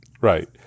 right